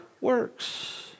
works